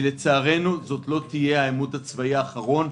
כי לצערנו זה לא יהיה העימות הצבאי האחרון.